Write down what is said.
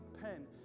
pen